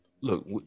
look